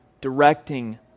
directing